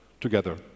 together